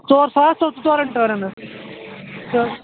ژور ساس ژورَن ٹٲرَن حظ تہٕ